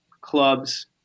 clubs